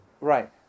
right